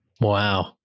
Wow